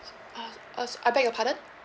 uh uh I beg your pardon